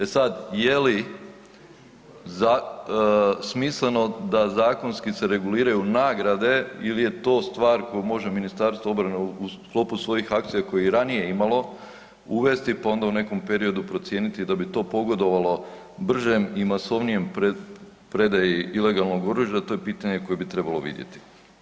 E sad je li smisleno da zakonski se reguliraju nagrade ili je to stvar koju može MORH u sklopu svojih akcija koje je i ranije imalo, uvesti, pa onda u nekom periodu procijeniti da bi to pogodovalo bržem i masovnijem predaji ilegalnog oružja, a to je pitanje koje bi trebalo vidjeti.